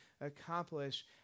accomplish